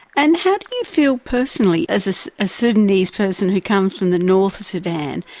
and how do you feel personally, as as a sudanese person who comes from the north sudan,